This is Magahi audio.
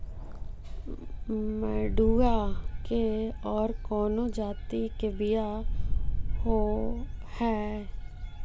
मडूया के और कौनो जाति के बियाह होव हैं?